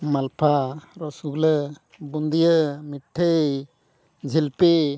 ᱢᱟᱞᱯᱩᱣᱟ rasgulla ᱵᱩᱫᱤᱭᱟᱹ ᱢᱤᱴᱷᱟᱹᱭ ᱡᱷᱤᱞᱯᱤ